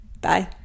Bye